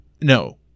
No